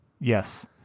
Yes